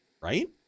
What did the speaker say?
right